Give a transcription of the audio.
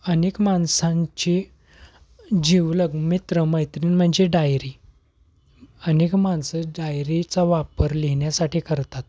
अनेक माणसांचे जीवलग मित्र मैत्रीण म्हणजे डायरी अनेक माणसं डायरीचा वापर लिहिण्यासाठी करतात